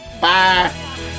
Bye